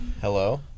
Hello